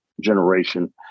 generation